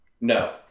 No